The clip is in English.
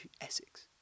Essex